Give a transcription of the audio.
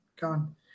Gone